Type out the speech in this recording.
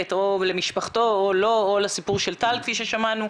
או למשפחתו או לו או לסיפור של טל כפי ששמענו.